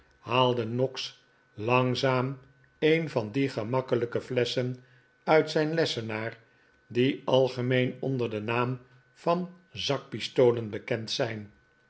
haalde noggs langzaam een van die gemakkelijke flesschen uit zijn lessenaar die algemeen onder den naam van zakpistolen bekend zijn